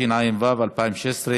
התשע"ו 2016,